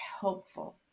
helpful